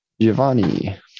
Giovanni